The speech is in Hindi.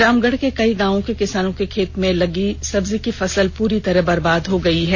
रामगढ़ के कई गांव के किसानों के खेत में लगे सब्जी फसल पूरी तरह बर्बाद हो गयी हैं